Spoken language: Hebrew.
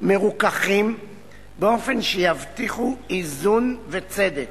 מרוככים באופן שיבטיחו איזון וצדק